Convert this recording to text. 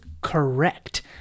correct